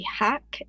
hack